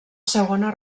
segona